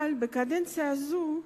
אבל בקדנציה הזו,